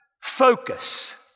focus